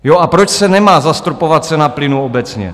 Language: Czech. Jo, a proč se nemá zastropovat cena plynu obecně?